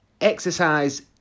exercise